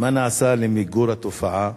2. מה נעשה למיגור התופעה?